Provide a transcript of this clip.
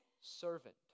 servant